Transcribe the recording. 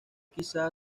quizá